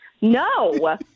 No